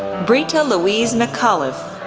brita louise mcauliffe,